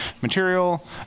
material